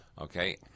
okay